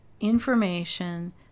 information